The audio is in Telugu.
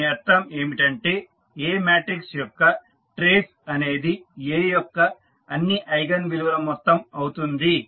దీని అర్థం ఏమంటే A మాట్రిక్స్ యొక్క ట్రేస్ అనేది A యొక్క అన్ని ఐగన్ విలువల మొత్తం అవుతుంది